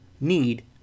need